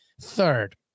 Third